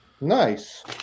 Nice